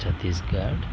Chhattisgarh